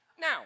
Now